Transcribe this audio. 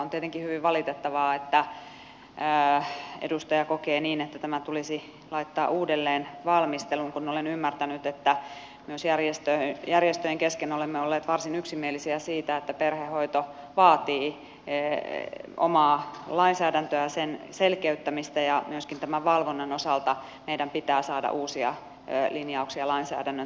on tietenkin hyvin valitettavaa että edustaja kokee niin että tämä tulisi laittaa uudelleen valmisteluun kun olen ymmärtänyt että myös järjestöjen kesken olemme olleet varsin yksimielisiä siitä että perhehoito vaatii omaa lainsäädäntöä sen selkeyttämistä ja myöskin tämän valvonnan osalta meidän pitää saada uusia linjauksia lainsäädännön tasolle